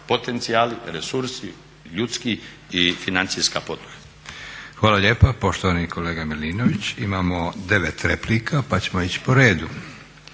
potencijali, resursi ljudski i financijska potpora.